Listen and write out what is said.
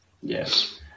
Yes